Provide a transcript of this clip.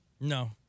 No